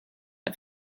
are